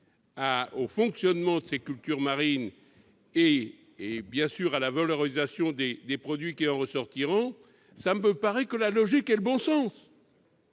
au fonctionnement de ces cultures marines et, bien sûr, à la valorisation des produits qui en ressortiront me paraît relever de la logique et du bon sens !